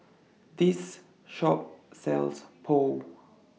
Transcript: This Shop sells Pho